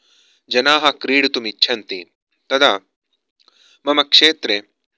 जनाः क्रीडितुं इच्छति तदा मम क्षेत्रे